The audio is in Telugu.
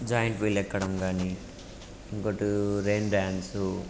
జాయింట్ వీల్ ఎక్కడం కానీ ఇంకొకటి రెయిన్ డ్యాన్సు